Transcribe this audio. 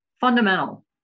Fundamental